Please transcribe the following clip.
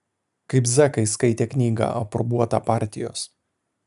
kaip zekai skaitė knygą aprobuotą partijos